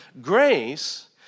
Grace